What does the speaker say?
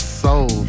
soul